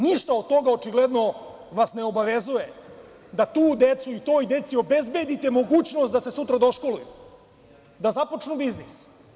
Ništa od toga očigledno vas ne obavezuje da tu decu, i toj deci, obezbedite mogućnost da se sutra doškoluju, da započnu biznis.